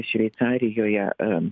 šveicarijoje a